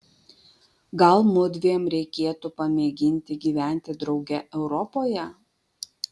gal mudviem reikėtų pamėginti gyventi drauge europoje